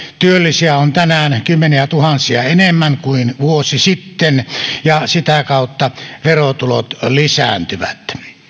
työllisiä on tänään kymmeniätuhansia enemmän kuin vuosi sitten ja sitä kautta verotulot lisääntyvät